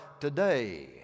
today